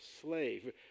slave